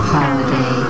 Holiday